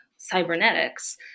cybernetics